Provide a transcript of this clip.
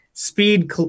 Speed